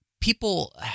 people